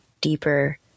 deeper